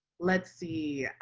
let's see.